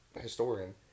historian